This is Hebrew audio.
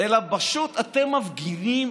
אלא פשוט אתם מפגינים